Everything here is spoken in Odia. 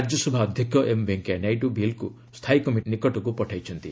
ରାକ୍ୟସଭା ଅଧ୍ୟକ୍ଷ ଏମ୍ ଭେଙ୍କୟାନାଇଡୁ ବିଲ୍କୁ ସ୍ଥାୟୀ କମିଟିକୁ ପଠାଇଛନ୍ତି